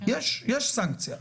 יש סנקציה.